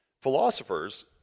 Philosophers